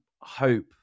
hope